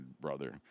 brother